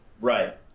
Right